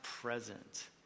present